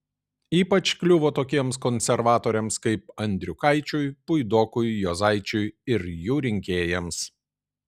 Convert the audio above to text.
ypač kliuvo tokiems konservatoriams kaip andriukaičiui puidokui juozaičiui ir jų rinkėjams